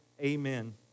Amen